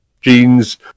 jeans